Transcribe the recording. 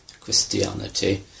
Christianity